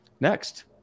next